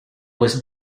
was